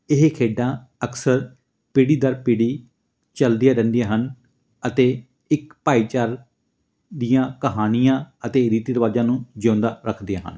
ਇਹ ਖੇਡਾਂ ਅਕਸਰ ਪੀੜ੍ਹੀ ਦਰ ਪੀੜ੍ਹੀ ਚੱਲਦੀਆਂ ਰਹਿੰਦੀਆਂ ਹਨ ਅਤੇ ਇੱਕ ਭਾਈਚਾਰ ਦੀਆਂ ਕਹਾਣੀਆਂ ਅਤੇ ਰੀਤੀ ਰਿਵਾਜ਼ਾਂ ਨੂੰ ਜਿਉਂਦਾ ਰੱਖਦੀਆਂ ਹਨ